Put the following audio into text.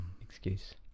excuse